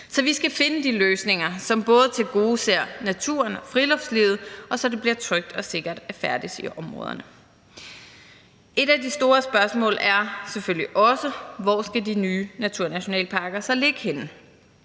Vi skal finde de løsninger, som både tilgodeser naturen og friluftslivet, og som gør det trygt og sikkert at færdes i områderne. Et af de store spørgsmål er selvfølgelig også, hvor de nye naturnationalparker skal ligge henne.